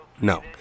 No